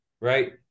right